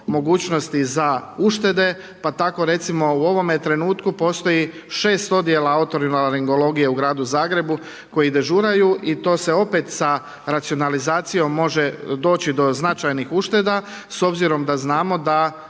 mogućnosti za uštede pa tako recimo u ovome trenutku postoji 6 odijela otorinolaringologije u gradu Zagrebu koji dežuraju i to se opet sa racionalizacijom može doći do značajnih ušteda s obzirom da znamo da